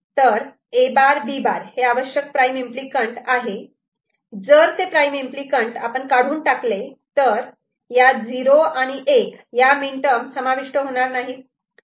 तर A' B' हे आवश्यक प्राईम इम्पली कँट आहे जर ते प्राईम इम्पली कँट आपण काढून टाकले तर या '0' आणि '1' या मीन टर्म समाविष्ट होणार नाहीत